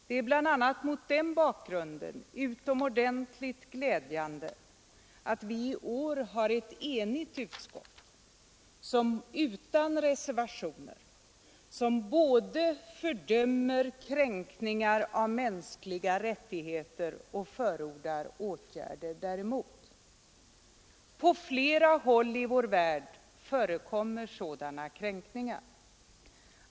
Det är bl.a. mot den bakgrunden utomordentligt glädjande att vi i år har ett enigt utskott som utan reservationer både fördömer kränkningar av mänskliga rättigheter och förordar åtgärder däremot. På flera håll i vår värld förekommer sådana kränkningar.